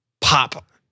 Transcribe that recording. pop